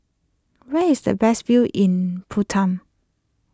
where is the best view in Bhutan